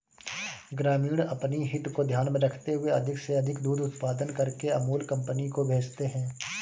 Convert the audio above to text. ग्रामीण अपनी हित को ध्यान में रखते हुए अधिक से अधिक दूध उत्पादन करके अमूल कंपनी को भेजते हैं